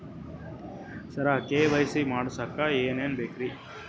ಸರ KYC ಮಾಡಸಕ್ಕ ಎನೆನ ಬೇಕ್ರಿ?